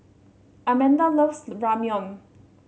Amanda loves Ramyeon